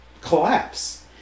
collapse